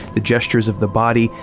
the gestures of the body,